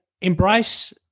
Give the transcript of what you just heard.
embrace